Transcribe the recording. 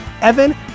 Evan